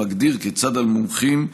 מגדיר כיצד על מומחים,